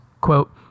quote